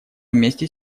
вместе